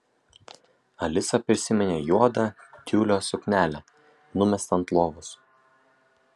alisa prisiminė juodą tiulio suknelę numestą ant lovos